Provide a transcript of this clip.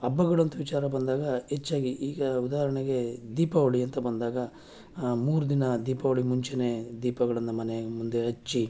ಹಬ್ಬಗಳು ಅಂತ ವಿಚಾರ ಬಂದಾಗ ಹೆಚ್ಚಾಗಿ ಈಗ ಉದಾಹರಣೆಗೆ ದೀಪಾವಳಿ ಅಂತ ಬಂದಾಗ ಮೂರು ದಿನ ದೀಪಾವಳಿ ಮುಂಚೆನೆ ದೀಪಗಳನ್ನು ಮನೆ ಮುಂದೆ ಹಚ್ಚಿ